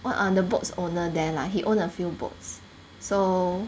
what err the boat's owner there lah he own a few boats so